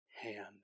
hand